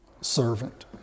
servant